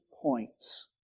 points